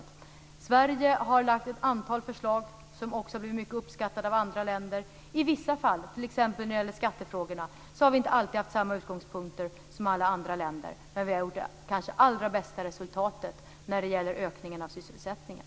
Sverige har lagt ett antal förslag som också har blivit mycket uppskattade av andra länder. I vissa fall, t.ex. när det gäller skattefrågorna, har vi inte alltid haft samma utgångspunkt som alla andra länder. Men vi har gjort det kanske allra bästa resultatet när det gäller ökningen av sysselsättningen.